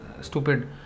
stupid